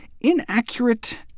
inaccurate